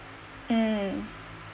mm